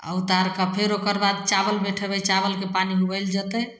आओर उतारिकऽ फेर ओकर बाद चावल बैठेबै चावलके पानी उबलि जेतै